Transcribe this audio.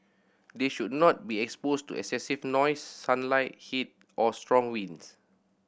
they should not be exposed to excessive noise sunlight heat or strong winds